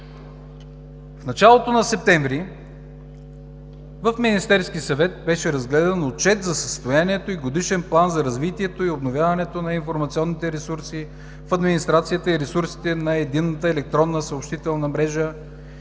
в началото на септември в Министерския съвет беше разгледан Отчет за състоянието и Годишен план за развитието и обновяването на информационните ресурси в администрацията и ресурсите на Единната електронна съобщителна мрежа